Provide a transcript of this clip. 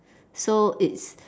so it's